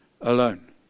alone